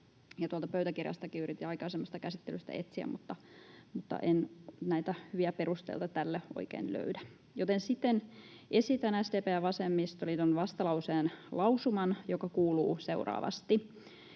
pöytäkirjastakin yritin aikaisemmasta käsittelystä etsiä, mutta en näitä hyviä perusteita tälle oikein löydä, joten esitän siten SDP:n ja vasemmistoliiton vastalauseen lausuman, joka kuuluu seuraavasti: